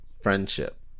friendship